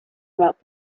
about